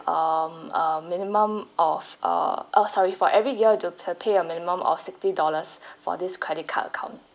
um a minimum of err oh sorry for every year have to to pay a minimum of sixty dollars for this credit card account